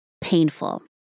painful